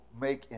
make